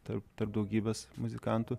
tarp daugybės muzikantų